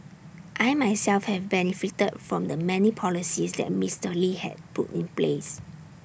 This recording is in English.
I myself have benefited from the many policies that Mister lee has put in place